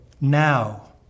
now